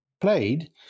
played